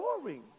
boring